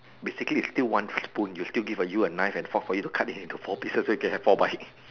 basically is still one spoon they still give you a knife and fork so you can cut it into four pieces so you can have our bite